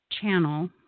channel